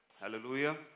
Hallelujah